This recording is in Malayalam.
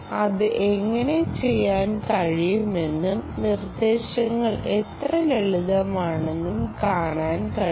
അത് എങ്ങനെ ചെയ്യാൻ കഴിയുമെന്നും നിർദ്ദേശങ്ങൾ എത്ര ലളിതമാണെന്നും കാണാൻ കഴിയും